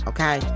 Okay